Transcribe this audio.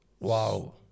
Wow